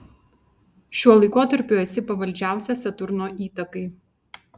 šiuo laikotarpiu esi pavaldžiausia saturno įtakai